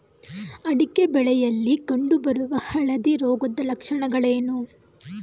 ಅಡಿಕೆ ಬೆಳೆಯಲ್ಲಿ ಕಂಡು ಬರುವ ಹಳದಿ ರೋಗದ ಲಕ್ಷಣಗಳೇನು?